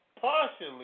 partially